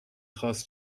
خواست